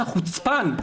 אתה חוצפן,